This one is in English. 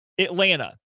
Atlanta